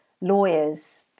lawyers